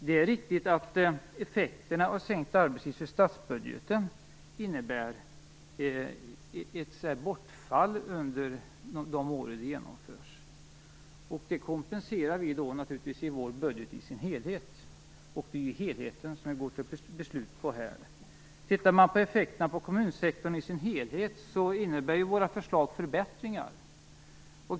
Det är riktigt att effekterna av sänkt arbetstid för statsbudgeten innebär ett bortfall under de år som det genomförs. Det kompenserar vi naturligtvis i vår budget i dess helhet. Vårt förslag gäller helheten. Om man tittar på effekterna på kommunsektorn i dess helhet, finner man att våra förslag innebär förbättringar.